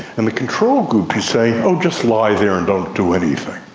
and the control group you say, oh, just lie there and don't do anything.